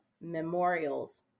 memorials